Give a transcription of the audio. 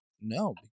No